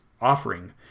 offering